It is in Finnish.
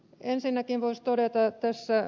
ensinnäkin voisi todeta tässä ed